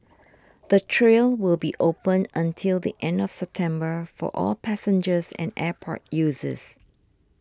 the trail will be open until the end of September for all passengers and airport users